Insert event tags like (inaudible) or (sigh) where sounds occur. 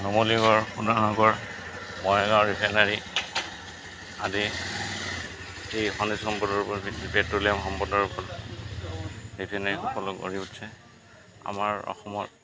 নুমলীগড় শোধনাগাৰ বঙাইগাঁও ৰিফাইনেৰী আদি এই খনিজ সম্পদৰ ওপৰত (unintelligible) পেট্ৰলিয়াম সম্পদৰ ওপৰত ৰিফাইনেৰীসকলো গঢ়ি উঠছে আমাৰ অসমত